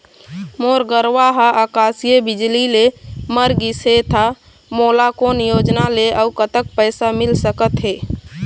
मोर गरवा हा आकसीय बिजली ले मर गिस हे था मोला कोन योजना ले अऊ कतक पैसा मिल सका थे?